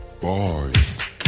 Boys